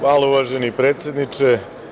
Hvala, uvaženi predsedniče.